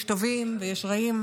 יש טובים ויש רעים,